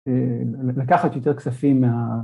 ‫לקחת יותר כספים מה...